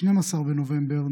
12 בנובמבר,